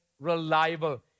reliable